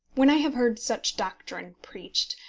when i have heard such doctrine preached,